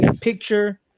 picture